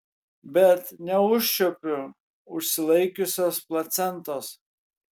bet neužčiuopiu užsilaikiusios placentos